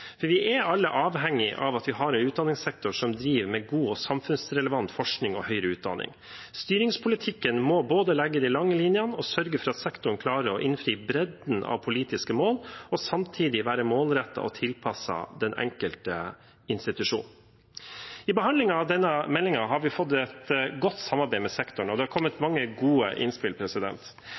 Vi er alle avhengige av å ha en utdanningssektor som driver med god og samfunnsrelevant forskning og høyere utdanning. Styringspolitikken må både legge de lange linjene og sørge for at sektoren klarer å innfri bredden av politiske mål, og samtidig være målrettet og tilpasset den enkelte institusjon. I behandlingen av denne meldingen har vi fått et godt samarbeid med sektoren, og det har kommet mange gode innspill.